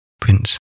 Prince